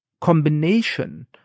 combination